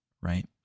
right